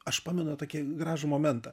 aš pamenu tokį gražų momentą